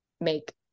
make